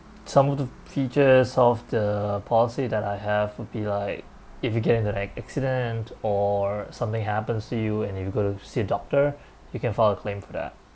some of the features of the policy that I have would be like if you get into an like accident or something happens to you and if you go to see a doctor you can file a claim for that